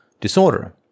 disorder